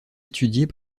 étudiées